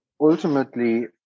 ultimately